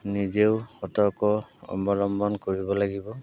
নিজেও সতৰ্ক অৱলম্বন কৰিব লাগিব